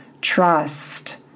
trust